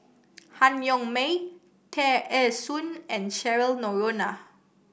Han Yong May Tear Ee Soon and Cheryl Noronha